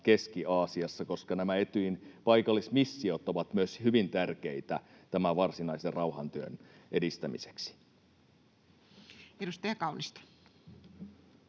Keski-Aasiassa, koska nämä Etyjin paikallismissiot ovat myös hyvin tärkeitä tämän varsinaisen rauhantyön edistämiseksi. [Speech 121]